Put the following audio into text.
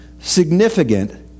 significant